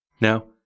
Now